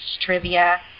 trivia